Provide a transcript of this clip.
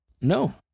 No